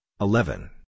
eleven